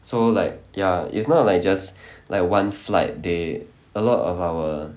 so like ya it's not like just like one flight they a lot of our